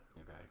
Okay